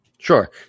Sure